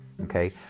Okay